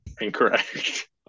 incorrect